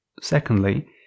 Secondly